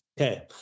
Okay